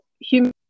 human